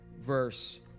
verse